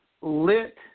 lit